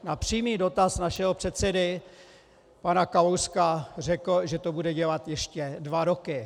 Na přímý dotaz našeho předsedy pana Kalouska řekl, že to bude dělat ještě dva roky.